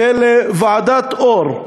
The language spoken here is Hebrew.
של ועדת אור,